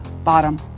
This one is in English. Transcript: bottom